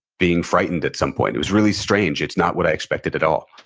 being frightened at some point. it was really strange. it's not what i expected at all